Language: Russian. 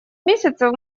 месяцев